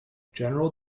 general